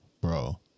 Bro